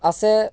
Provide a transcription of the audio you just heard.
আছে